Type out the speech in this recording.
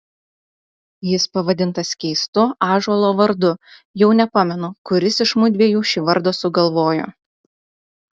jis pavadintas keistu ąžuolo vardu jau nepamenu kuris iš mudviejų šį vardą sugalvojo